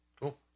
cool